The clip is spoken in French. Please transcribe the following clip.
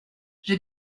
j’ai